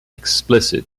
explicit